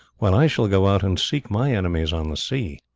while i shall go out and seek my enemies on the sea.